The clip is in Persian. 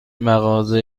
مغازه